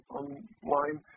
online